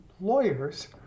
lawyers